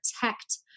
protect